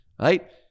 right